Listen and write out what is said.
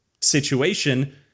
situation